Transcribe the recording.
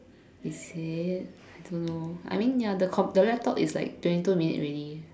is it I don't know I mean ya the com~ the laptop is like twenty two minutes already